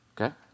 Okay